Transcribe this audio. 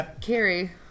Carrie